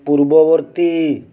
ପୂର୍ବବର୍ତ୍ତୀ